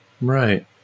Right